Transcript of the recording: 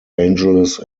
angeles